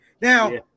Now